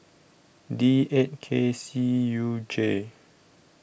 D eight K C U J